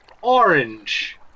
orange